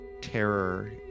terror